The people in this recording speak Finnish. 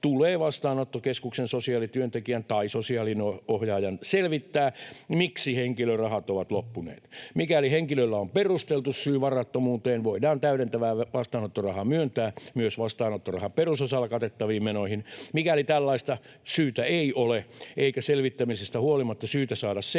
tulee vastaanottokeskuksen sosiaalityöntekijän tai sosiaaliohjaajan selvittää, miksi henkilön rahat ovat loppuneet. Mikäli henkilöllä on perusteltu syy varattomuuteen, voidaan täydentävää vastaanottorahaa myöntää myös vastaanottorahan perusosalla katettaviin menoihin. Mikäli tällaista syytä ei ole eikä selvittämisestä huolimatta syytä saada selville,